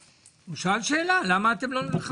הוא שאל למה אתם לא נלחמים בהון השחור.